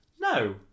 No